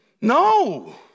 No